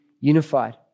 unified